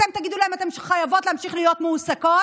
אתם תגידו להן: אתן חייבות להמשיך להיות מועסקות,